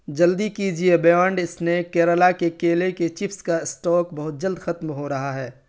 جلدی کیجیے beyond snack Kerala کے کیلے کے چپس کا اسٹاک بہت جلد ختم ہو رہا ہے